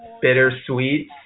bittersweet